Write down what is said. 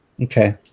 Okay